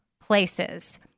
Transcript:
places